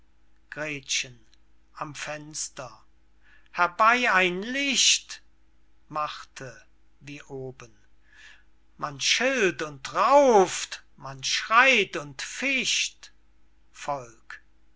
am fenster herbey ein licht marthe wie oben man schilt und rauft man schreit und ficht